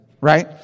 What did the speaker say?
right